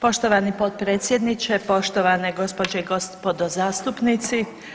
Poštovani potpredsjedniče, poštovane gospođe i gospodo zastupnici.